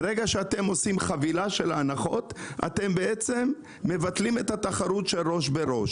ברגע שאתם עושים חבילה של הנחות אתם בעצם מבטלים את התחרות של ראש בראש